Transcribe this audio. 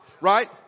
Right